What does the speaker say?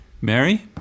mary